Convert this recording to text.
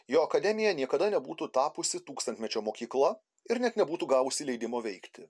jo akademija niekada nebūtų tapusi tūkstantmečio mokykla ir net nebūtų gavusi leidimo veikti